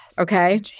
Okay